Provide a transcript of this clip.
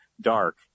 dark